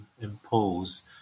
impose